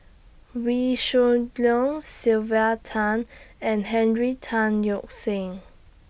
Wee Shoo Leong Sylvia Tan and Henry Tan Yoke See